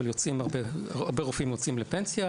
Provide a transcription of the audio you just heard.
אבל הרבה רופאים יוצאים לפנסיה,